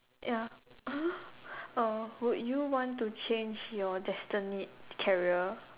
ya !huh! uh would you want to change your destined career